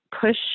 push